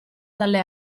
dalle